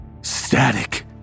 static